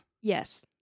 Yes